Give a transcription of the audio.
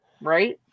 right